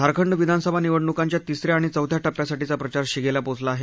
झारखंड विधानसभा निवडणुकांच्या तिसऱ्या आणि चौथ्या टप्प्यासाठीचा प्रचार शिगेला पोहोचला आहे